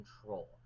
control